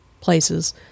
places